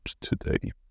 today